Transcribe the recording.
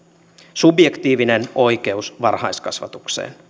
subjektiivinen oikeus varhaiskasvatukseen